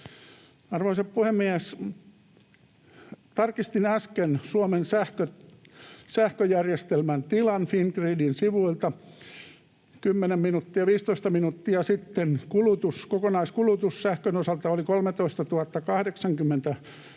Arvoisa puhemies! Tarkistin äsken Suomen sähköjärjestelmän tilan Fingridin sivuilta, kymmenen minuuttia, 15 minuuttia sitten. Kokonaiskulutus sähkön osalta oli 13 080